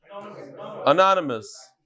Anonymous